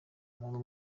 umuntu